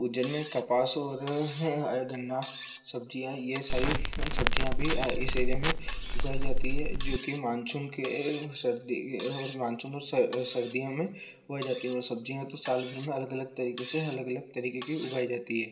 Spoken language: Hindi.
उज्जैन में कपास और गन्ना सब्जियाँ ये सारी सब्जियाँ भी इस एरिया में उगाई जाती है जोकि मानसून के और सर्दी के और मानसून और सर्दियों में उगाई जाती हैं और सब्जियाँ तो साल भर में अलग अलग तरीके से अलग अलग तरीके की उगाई जाती है